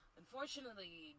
unfortunately